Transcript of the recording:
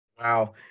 Wow